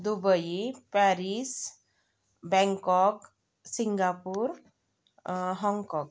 Dubai Paris Bangkok Singapore Hong Kong